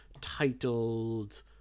titled